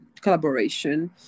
collaboration